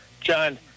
John